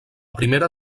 primera